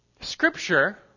Scripture